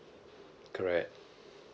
correct